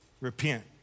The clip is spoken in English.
Repent